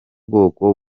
bwoko